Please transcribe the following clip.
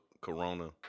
Corona